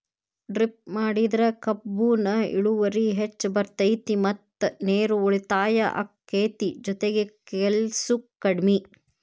drip ಮಾಡಿದ್ರ ಕಬ್ಬುನ ಇಳುವರಿ ಹೆಚ್ಚ ಬರ್ತೈತಿ ಮತ್ತ ನೇರು ಉಳಿತಾಯ ಅಕೈತಿ ಜೊತಿಗೆ ಕೆಲ್ಸು ಕಡ್ಮಿ